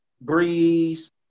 Breeze